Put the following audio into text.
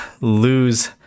lose